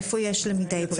איפה יש למידה היברידית?